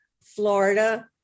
Florida